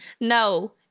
no